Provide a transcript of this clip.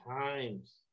times